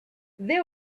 they